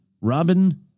Robin